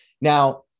now